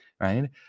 right